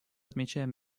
отмечаем